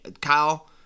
Kyle